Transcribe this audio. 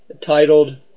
titled